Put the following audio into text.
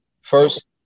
First